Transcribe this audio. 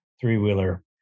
three-wheeler